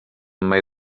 mai